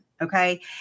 Okay